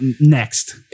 next